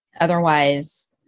Otherwise